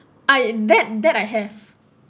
I that that I have